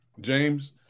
James